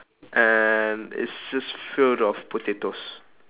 and it's just filled of potatoes